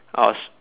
I was